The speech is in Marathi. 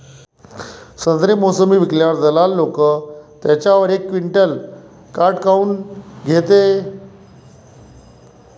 संत्रे, मोसंबी विकल्यावर दलाल लोकं त्याच्यावर एक क्विंटल काट काऊन घेते?